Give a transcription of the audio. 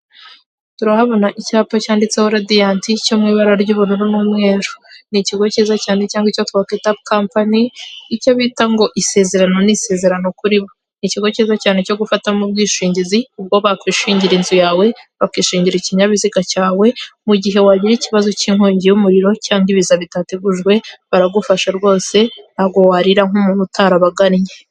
Turahabona icyapa cyanditseho radiyanti, cyo mu ibara ry'ubururu n'umweru. Ni ikigo cyiza cyane cyangwa icyo twakita kampani, icyo bita ngo isezerano ni isezerano kuri bo. Ni ikigo cyiza cyane cyo gufatamo ubwishingizi, ubwo bakwishingira inzu yawe, bakishingira ikinyabiziga cyawe, mu gihe wagira ikibazo cy'inkongi y'umuriro cyangwa ibiza bitategujwe, baragufasha rwose, ntabwo warira nk'umuntu utarabagannye.